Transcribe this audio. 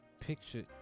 picture